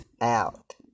out